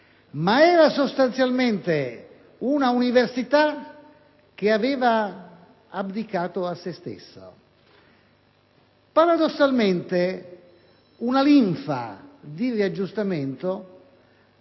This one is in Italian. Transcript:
Ma era sostanzialmente una università che aveva abdicato a se stessa. Paradossalmente una linfa di riaggiustamento